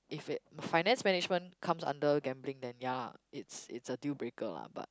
if it finance management comes under gambling then ya lah it's it's a dealbreaker lah but